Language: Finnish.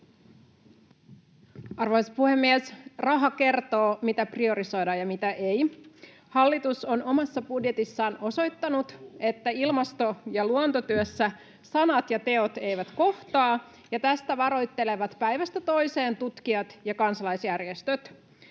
Arvoisa puhemies! Raha kertoo, mitä priorisoidaan ja mitä ei. Hallitus on omassa budjetissaan osoittanut, että ilmasto- ja luontotyössä sanat ja teot eivät kohtaa, ja tästä varoittelevat päivästä toiseen tutkijat ja kansalaisjärjestöt.